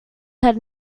said